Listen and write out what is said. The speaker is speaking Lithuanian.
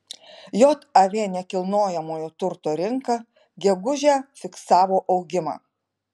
jav nekilnojamojo turto rinka gegužę fiksavo augimą